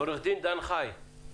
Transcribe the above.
עו"ד דן חי,